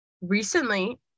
recently